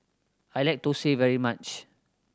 I like Thosai very much